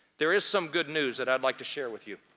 there is some good news that i'd like to share with you.